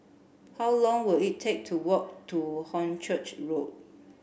how long will it take to walk to Hornchurch Road